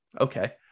Okay